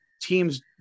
teams